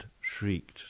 shrieked